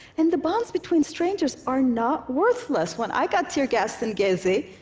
and the bonds between strangers are not worthless. when i got tear-gassed in gezi,